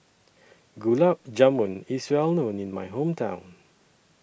Gulab Jamun IS Well known in My Hometown